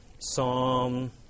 Psalm